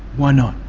why not?